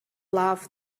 loved